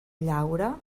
llaure